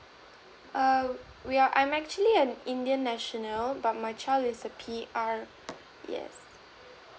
err we are I'm actually an indian national but my child is a P_R yes